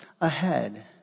ahead